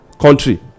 country